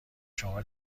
شما